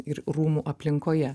ir rūmų aplinkoje